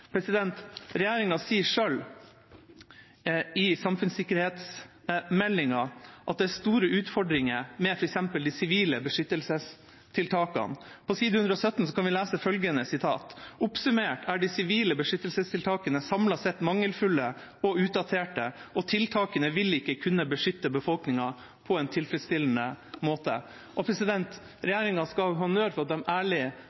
Regjeringa sier selv i samfunnssikkerhetsmeldinga at det er store utfordringer med f.eks. de sivile beskyttelsestiltakene. På side 116 kan vi lese følgende: «Oppsummert er de sivile beskyttelsestiltakene samlet sett mangelfulle og utdaterte, og tiltakene vil ikke kunne beskytte befolkningen på en tilfredsstillende måte.»